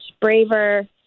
braver